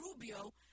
Rubio